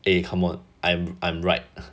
eh come on I'm I'm right